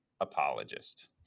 apologist